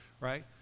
Right